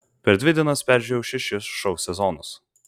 per dvi dienas peržiūrėjau šešis šou sezonus